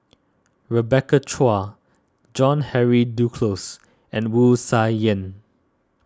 Rebecca Chua John Henry Duclos and Wu Tsai Yen